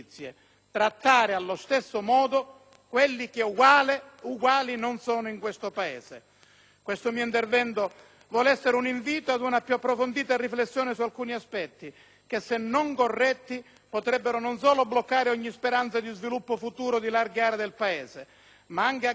quelli che uguali non sono in questo Paese. Il mio intervento vuole essere un invito ad una più approfondita riflessione su alcuni aspetti che, se non corretti, potrebbero non solo bloccare ogni speranza di sviluppo futuro di larghe aree del Paese, ma anche aggravare questo livello di servizi proprio lì